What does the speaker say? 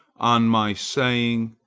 on my saying,